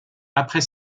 après